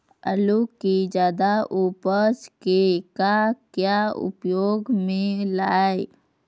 आलू कि जादा उपज के का क्या उपयोग म लाए?